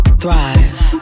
thrive